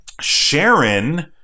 Sharon